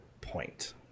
point